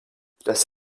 dass